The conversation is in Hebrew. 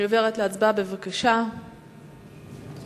ההצעה להעביר את הצעת חוק שעות עבודה ומנוחה (תיקון מס'